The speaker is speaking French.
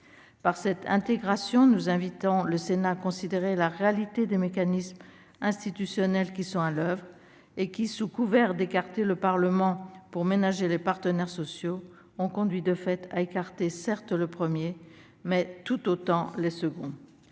de cette intégration, nous invitons le Sénat à considérer la réalité des mécanismes institutionnels qui sont à l'oeuvre et qui ont, sous couvert d'écarter le Parlement pour ménager les partenaires sociaux, ont conduit en réalité à écarter tout autant ceux-ci